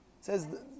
says